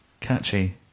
catchy